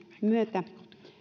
myötä